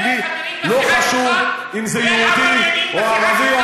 לא חשוב אם זה יהודי או ערבי.